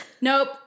Nope